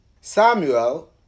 Samuel